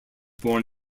born